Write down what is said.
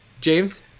James